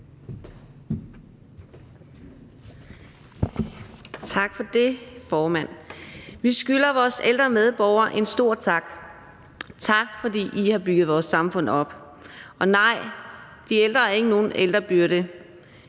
Tak for det, formand. Vi skylder vores ældre medborgere en stor tak – en tak, fordi de har bygget vores samfund op. Og nej, de ældre er ikke nogen ældrebyrde.